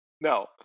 no